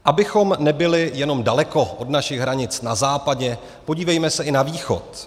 Abychom nebyli jenom daleko od našich hranic na západě, podívejme se i na východ.